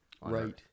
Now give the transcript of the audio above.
Right